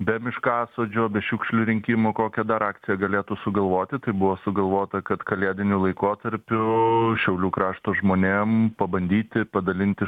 be miškasodžio be šiukšlių rinkimo kokią dar akciją galėtų sugalvoti tai buvo sugalvota kad kalėdiniu laikotarpiu šiaulių krašto žmonėm pabandyti padalinti